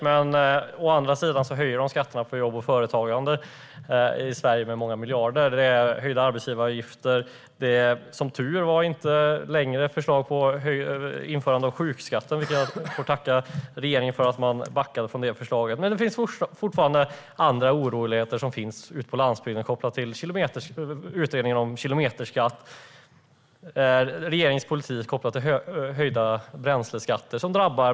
Men den höjer samtidigt skatterna på jobb och företagande i Sverige med många miljarder. Det är höjda arbetsgivaravgifter. Det är som tur var inte längre förslag på införande av sjukskatten, och jag får tacka regeringen för att den backade från det förslaget. Men det finns fortfarande andra oroligheter på landsbygden kopplat till utredningen om kilometerskatt och regeringens politik kopplat till höjda bränsleskatter som drabbar dem.